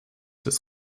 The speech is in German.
des